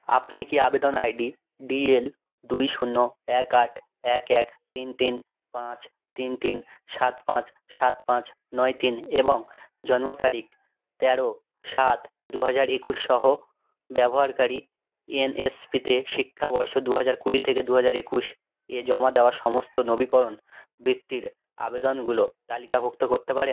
আপনি কি আবেদন আইডি ডি এল দুই শূন্য এক আট এক এক তিন তিন পাঁচ তিন তিন সাত পাঁচ সাত পাঁচ নয় তিন এবং জন্ম তারিখ তেরো সাত দু হাজার একুশ সহ ব্যবহারকারী এনএসপিতে শিক্ষাবর্ষ দু হাজার কুড়ি থেকে দু হাজার একুশ এ জমা দেওয়ার সমস্ত নবীকরণ বৃত্তির আবেদনগুলো তালিকাভুক্ত করতে পারেন